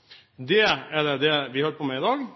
flertall. Det er det vi holder på med i dag.